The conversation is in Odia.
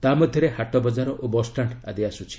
ତାହାମଧ୍ୟରେ ହାଟ ବଜାର ଓ ବସ୍ଷ୍ଟାଣ୍ଡ୍ ଆଦି ଆସୁଛି